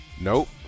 Nope